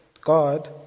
God